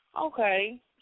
okay